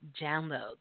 download